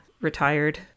Retired